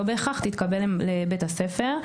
לא בהכרח תתקבל לבית הספר.